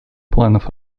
планов